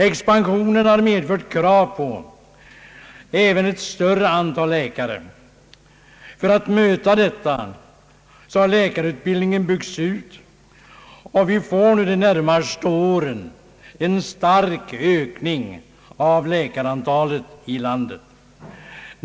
Expansionen har även medfört krav på ett större antal läkare. För att möta detta krav har läkarutbildningen byggts ut, och vi får under de närmaste åren en stark ökning av läkarantalet i landet.